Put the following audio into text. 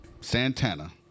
Santana